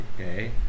Okay